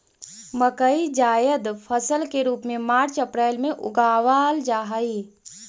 मकई जायद फसल के रूप में मार्च अप्रैल में उगावाल जा हई